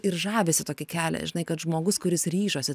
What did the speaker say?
ir žavisį tokį kelią žinai kad žmogus kuris ryžosi